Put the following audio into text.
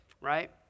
right